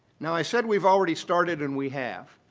now i said we've already started, and we have.